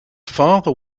father